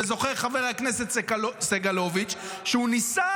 וזוכר חבר הכנסת סגלוביץ' הוא ניסה